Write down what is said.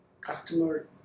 customer